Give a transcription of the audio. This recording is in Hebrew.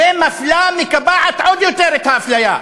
ומפלה, מקבעת עוד יותר את האפליה,